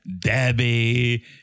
Debbie